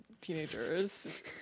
teenagers